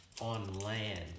on-land